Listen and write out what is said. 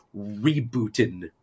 rebooting